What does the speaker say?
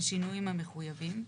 בשינויים המחויבים,